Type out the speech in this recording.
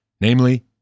namely